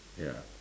yup